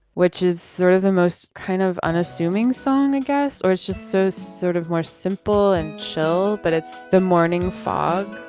which is sort of the most kind of unassuming song, i guess, or it's just so sort of more simple and show but it's the morning fog